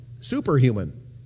superhuman